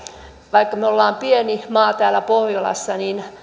vaikka me olemme pieni maa täällä pohjolassa niin